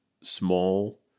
small